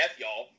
y'all